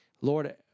Lord